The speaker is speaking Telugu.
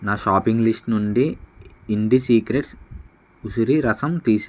నా షాపింగ్ లిస్టు నుండి ఇండి సీక్రెట్స్ ఉసిరి రసం తీసేయి